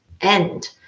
end